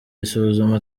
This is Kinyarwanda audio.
isuzuma